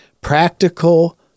practical